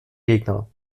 gegner